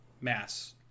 Mass